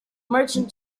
merchant